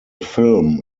film